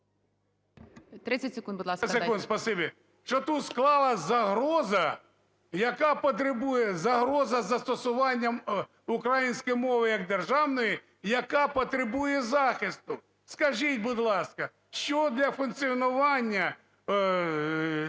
30 секунд, будь ласка.